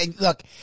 Look